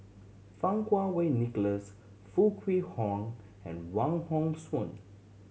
Fang Kuo Wei Nicholas Foo Kwee Horng and Wong Hong Suen